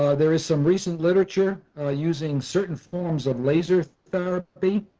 there is some recent literature using certain forms of laser therapy